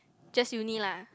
just uni lah